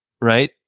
right